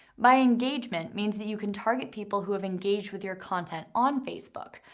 by engagement means that you can target people who have engaged with your content on facebook.